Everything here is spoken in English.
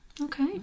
Okay